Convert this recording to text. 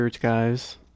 guys